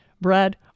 Brad